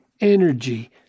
energy